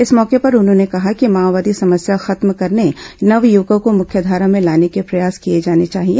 इस मौके पर उन्होंने कहा कि माओवादी समेस्या खत्म करने नवयुवर्को को मुख्यधारा में लाने के प्रयास किए जाने चाहिए